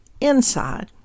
inside